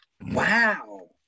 Wow